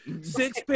Six